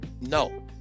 No